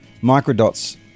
microdots